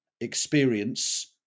experience